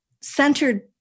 centered